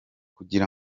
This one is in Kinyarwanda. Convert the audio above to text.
kugira